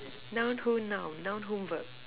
noun who noun noun whom verb